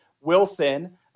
Wilson